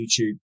YouTube